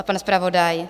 Pan zpravodaj?